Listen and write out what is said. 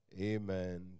Amen